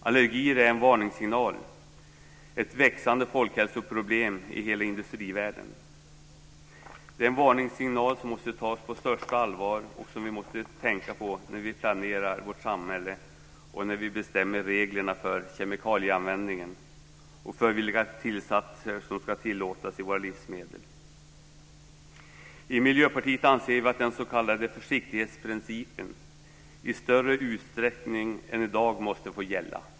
Allergier är en varningssignal, ett växande folkhälsoproblem i hela industrivärlden. Det är en varningssignal som måste tas på största allvar och som vi måste tänka på när vi planerar vårt samhälle och när vi bestämmer reglerna för kemikalieanvändningen och för vilka tillsatser som ska tillåtas i våra livsmedel. I Miljöpartiet anser vi att den s.k. försiktighetsprincipen i större utsträckning än i dag måste få gälla.